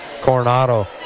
Coronado